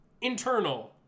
Internal